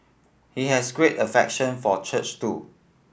he has great affection for church too